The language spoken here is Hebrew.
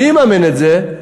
מי יממן את זה?